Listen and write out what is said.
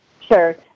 Sure